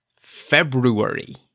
February